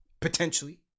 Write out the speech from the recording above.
potentially